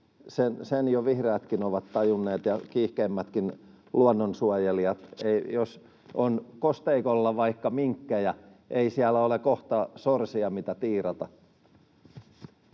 sen jo vihreätkin ovat tajunneet, ja kiihkeimmätkin luonnonsuojelijat. Jos on kosteikoilla vaikka minkkejä, ei siellä ole kohta sorsia, mitä tiirata.